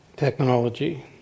technology